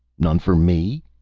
none for me?